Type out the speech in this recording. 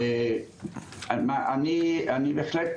אני בהחלט,